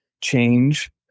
change